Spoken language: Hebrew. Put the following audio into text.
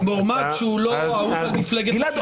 מועמד הוא לא אהוד על מפלגת השלטון --- גלעד,